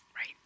Right